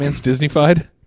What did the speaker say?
Disney-fied